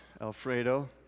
Alfredo